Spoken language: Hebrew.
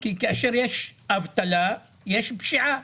כי כאשר יש אבטלה, יש פשיעה.